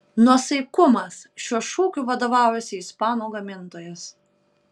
nuosaikumas šiuo šūkiu vadovaujasi ispanų gamintojas